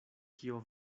kio